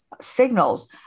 signals